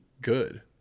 good